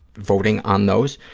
voting on those.